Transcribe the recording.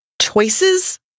choices